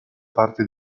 parte